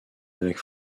avec